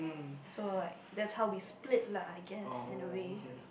so like that's how we split lah I guess in a way